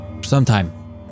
Sometime